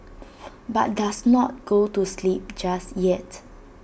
but does not go to sleep just yet